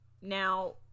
Now